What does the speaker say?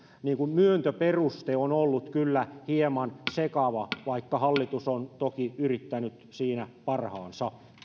myöntöperuste on ollut kyllä hieman sekava vaikka hallitus on toki yrittänyt siinä parhaansa